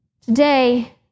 Today